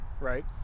right